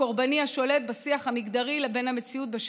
הקורבני השולט בשיח המגדרי לבין המציאות בשטח.